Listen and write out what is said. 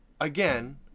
again